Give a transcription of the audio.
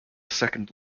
second